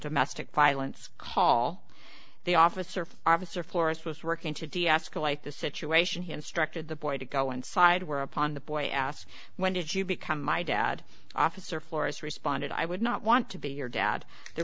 domestic violence call the officer officer flores was working to deescalate the situation he instructed the boy to go inside whereupon the boy asked when did you become my dad officer flora's responded i would not want to be your dad the